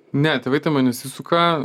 ne tėvai tame nesisuka